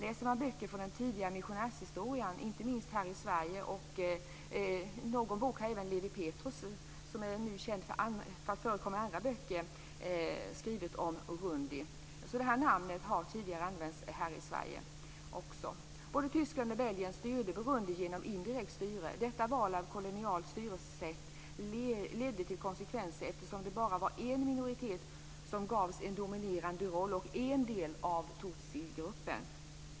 I böcker från den tidiga missionärshistorien, inte minst i Sverige, är det detta namn som används. Lewi Petrus, som nu förekommer i andra böcker, har tidigare skrivit om Urundi. Det namnet har använts också i Sverige. Både Tyskland och Belgien styrde Burundi genom indirekt styre. Detta val av kolonialt styrelsesätt fick konsekvenser eftersom det bara var en minoritet som gavs en dominerande roll och en del av tutsigruppen.